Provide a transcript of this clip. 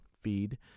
feed